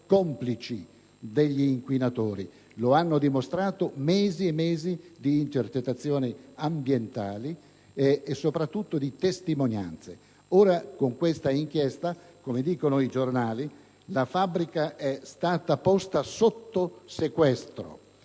complici degli inquinatori. Lo hanno dimostrato mesi e mesi di intercettazioni ambientali e, soprattutto, di testimonianze. Ora, a seguito di questa inchiesta, come dicono i giornali, la fabbrica è stata posta sotto sequestro,